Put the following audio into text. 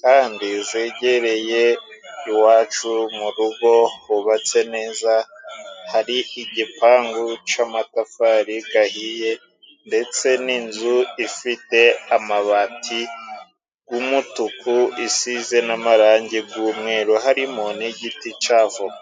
kandi zegereye iwacu mu rugo hubatse neza, hari igipangu c'amatafari gahiye, ndetse n'inzu ifite amabati g'umutuku, isize n'amarangi g'umweru harimo n'igiti c'avoka.